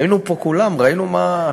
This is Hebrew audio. היינו פה כולם, ראינו מה,